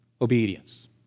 Obedience